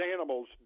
animals